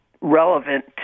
relevant